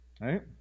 Right